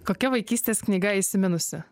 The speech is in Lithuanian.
kokia vaikystės knyga įsiminusi